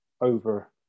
over